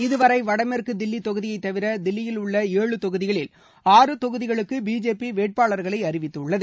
இதுவரை வடமேற்கு தில்லி தொகுதியை தவிர தில்லியில் உள்ள ஏழு தொகுதிகளில் ஆறு தொகுதிகளுக்கு பிஜேபி வேட்பாளர்களை அறிவித்துள்ளது